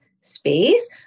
space